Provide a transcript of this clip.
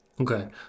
okay